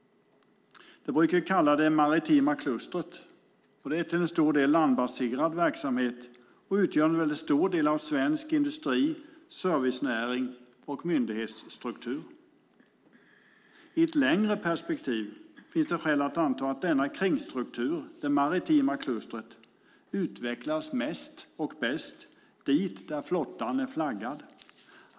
Det brukar kallas det maritima klustret och är en till stor del landbaserad verksamhet som utgör en väldigt stor del av svensk industri, servicenäring och myndighetsstruktur. I ett längre perspektiv finns det skäl att anta att denna kringstruktur, det maritima klustret, utvecklas mest och bäst där flottan är flaggad.